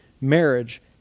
marriage